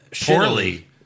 Poorly